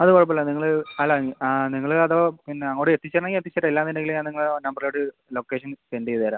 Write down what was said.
അത് കുഴപ്പം ഇല്ല നിങ്ങൾ അല്ല ആ നിങ്ങൾ അഥവാ പിന്നെ അങ്ങോട് എത്തിച്ചേരണമെങ്കിൽ എത്തിച്ചേരാം അല്ലാന്ന് ഉണ്ടെങ്കിൽ ഞാൻ നിങ്ങളുടെ നമ്പറിൽ ഒരു ലൊക്കേഷൻ സെൻഡ് ചെയ്തുതരാം